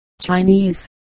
Chinese